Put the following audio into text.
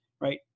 right